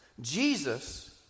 Jesus